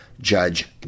Judge